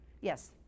Yes